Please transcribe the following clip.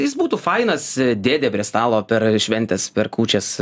jis būtų fainas dėdė prie stalo per šventes per kūčias